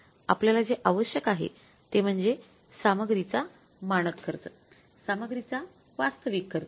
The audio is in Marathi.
आपल्याला जे आवश्यक आहे ते म्हणजे सामग्रचा मानक खर्च सामग्रीचा वास्तविक खर्च